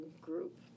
group